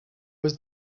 was